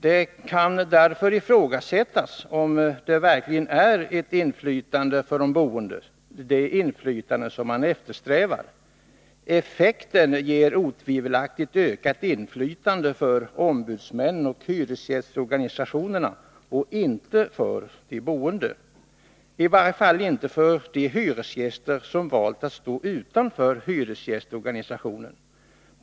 Det kan ifrågasättas om det verkligen är ett inflytande för de boende, det inflytande som man eftersträvar. Effekten blir otvivelaktigt ett ökat inflytande för ombudsmännen och hyresgästorganisationerna, och inte för de boende — i varje fall inte för de hyresgäster som valt att stå utanför hyresgästorganisationen.